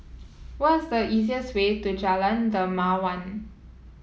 what is the easiest way to Jalan Dermawan